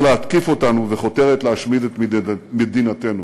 להתקיף אותנו וחותרת להשמיד את מדינתנו.